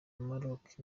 maroc